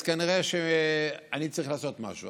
אז כנראה אני צריך לעשות משהו,